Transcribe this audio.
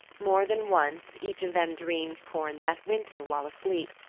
more than once, each of them dreamed corn that winter while asleep,